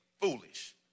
foolish